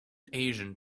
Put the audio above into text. asian